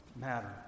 matter